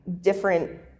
different